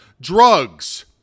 drugs